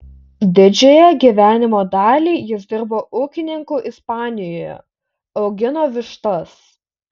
didžiąją gyvenimo dalį jis dirbo ūkininku ispanijoje augino vištas